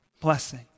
blessing